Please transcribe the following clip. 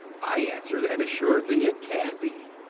i answer that assuredly it can be,